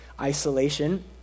isolation